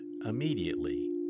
immediately